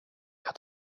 jag